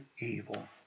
evil